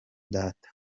data